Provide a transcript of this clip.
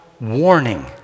warning